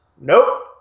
Nope